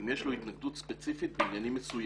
אם יש לו התנגדות ספציפית בעניינים מסוימים